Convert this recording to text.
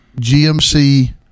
GMC